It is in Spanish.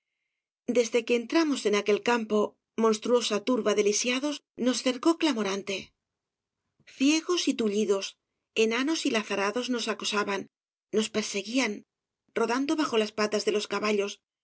desde que entramos en aquel campo monstruosa turba de lisiados nos cercó clamos obras de valle inclan g rante ciegos y tullidos enanos y lazarados nos acosaban nos perseguían rodando bajo las patas de los caballos